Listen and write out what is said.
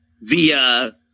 via